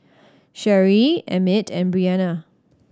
Sherie Emmit and Breana